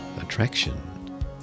attraction